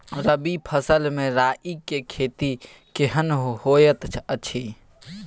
रबी फसल मे राई के खेती केहन होयत अछि?